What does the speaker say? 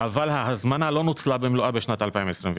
אבל ההזמנה לא נוצלה במלואה ב-22'.